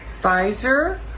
Pfizer